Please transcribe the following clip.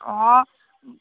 অঁ